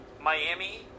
Miami